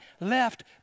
left